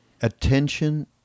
attention